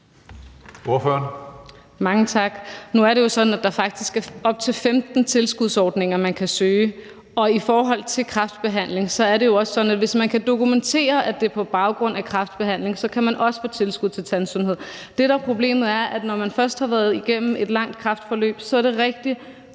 Mange tak. Nu er det jo sådan, at der faktisk er op til 15 tilskudsordninger, man kan søge. Og i forhold til kræftbehandling er det jo også sådan, at hvis man kan dokumentere, at det er på baggrund af kræftbehandling, kan man også få tilskud til tandsundhed. Det, der er problemet, er, at når man først har været igennem et langt kræftforløb, er det rigtig